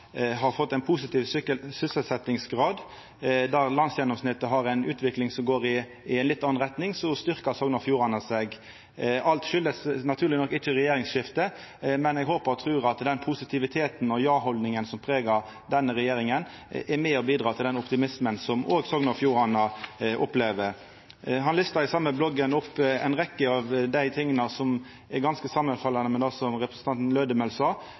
positiv sysselsetjingsgrad. Der landsgjennomsnittet har ei utvikling som går i ei litt anna retning, styrkjer Sogn og Fjordane seg. Alt kjem naturleg nok ikkje av regjeringsskiftet, men eg håpar og trur at den positiviteten og ja-haldninga som pregar denne regjeringa, er med og bidreg til den optimismen som òg Sogn og Fjordane opplever. Djuvik listar i den same bloggen opp ei rekkje av dei tinga som er ganske samanfallande med det representanten Lødemel sa,